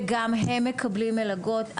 וגם הם מקבלים מלגות.